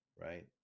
Right